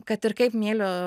kad ir kaip myliu